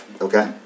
Okay